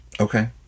okay